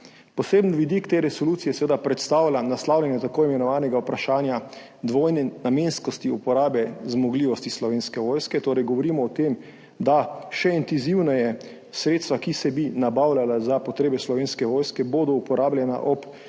Poseben vidik te resolucije predstavlja naslavljanje tako imenovanega vprašanja dvojne namenskosti uporabe zmogljivosti Slovenske vojske. Torej govorimo o tem, da bodo sredstva, ki se bodo nabavljala za potrebe Slovenske vojske, še intenzivneje